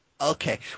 okay